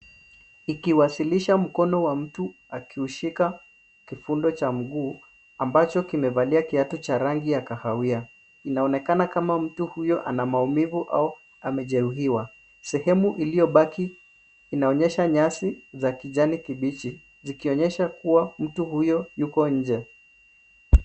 Ikiwasilisha mkono wa mtu akiushika kipundo cha mguu ambacho kimevalia kiatu cha rangi ya kahawia, inaonekana kama mtu huyo ana maumivu au amejeruhiwa. Sehemu iliyobaki inaonyesha nyasi za kijani kibichi zikionyesha kuwa mtu huyo yuko nje.